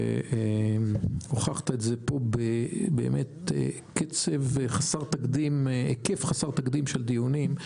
והוכחת את זה בהיקף חסר תקדים של דיונים,